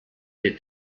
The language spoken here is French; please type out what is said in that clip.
est